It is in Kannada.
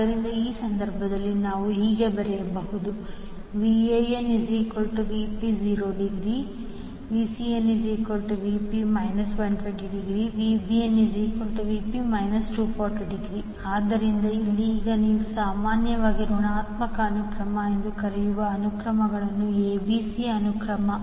ಆದ್ದರಿಂದ ಆ ಸಂದರ್ಭದಲ್ಲಿ ನೀವು ಏನು ಬರೆಯಬಹುದು ನೀವು ಬರೆಯಬಹುದು VanVp∠0° VcnVp∠ 120° VbnVp∠ 240°Vp∠120° ಆದ್ದರಿಂದ ಇಲ್ಲಿ ಈಗ ನೀವು ಸಾಮಾನ್ಯವಾಗಿ ಋಣಾತ್ಮಕ ಅನುಕ್ರಮ ಎಂದು ಕರೆಯುವ ಅನುಕ್ರಮಗಳು abc ಅನುಕ್ರಮ